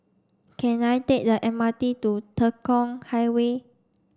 can I take the M R T to Tekong Highway